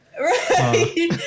Right